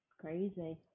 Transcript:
crazy